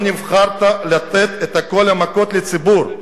לא נבחרת לתת את כל המכות לציבור,